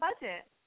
budget